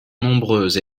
nombreuses